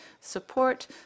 support